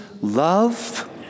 love